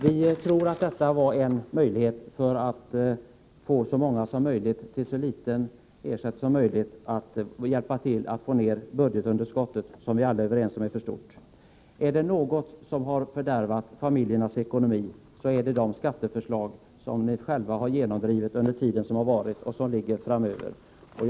Vi tror att vi genom vårt förslag kan få så många som möjligt att till en så liten kostnad som möjligt hjälpa till att få ned budgetunderskottet, som vi alla är överens om är för stort. Är det något som har fördärvat familjernas ekonomi, så är det de skattehöjningar som ni själva har genomdrivit under den tid som har varit och som träder i kraft framöver.